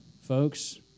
Folks